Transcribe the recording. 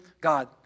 God